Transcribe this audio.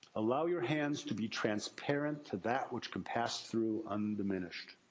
allow your hands to be transparent to that which can pass through undiminished.